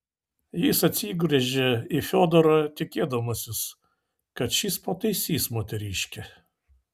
jis atsigręžė į fiodorą tikėdamasis kad šis pataisys moteriškę